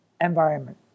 environment